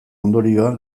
ondorioa